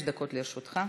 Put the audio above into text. חמש דקות לרשותך.